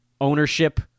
ownership